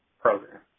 program